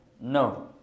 no